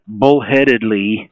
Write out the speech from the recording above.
Bullheadedly